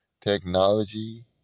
technology